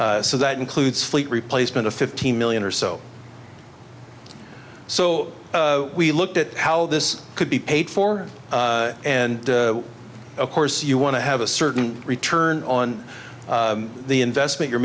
ages so that includes fleet replacement of fifteen million or so so we looked at how this could be paid for and of course you want to have a certain return on the investment you're